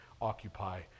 occupy